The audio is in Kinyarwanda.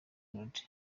melodie